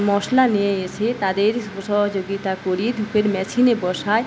মশলা নিয়ে এসে তাদের সহযোগিতা করি ধূপের মেশিনে বসাই